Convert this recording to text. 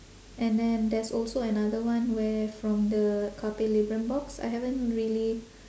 and then there's also another one where from the carpe librum box I haven't really